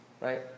Right